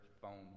phone